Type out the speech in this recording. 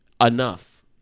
Enough